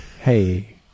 Hey